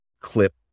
clip